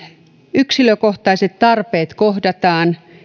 yksilökohtaiset tarpeet kohdataan